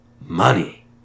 money